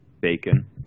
bacon